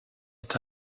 est